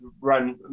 run